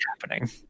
happening